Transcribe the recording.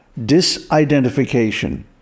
disidentification